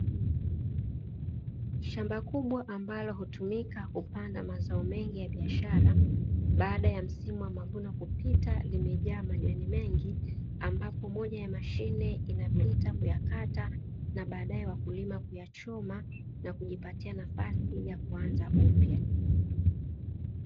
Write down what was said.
Shamba kubwa ambalo hutumika kupanda mazao mengi ya biashara, baada ya msimu wa mavuno kupita limejaa majani mengi, ambapo moja ya mashine inapita kuyakata na baadae wakulima kuyachoma, na kujipatia nafasi ya kuanza upya.